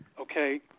okay